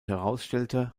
herausstellte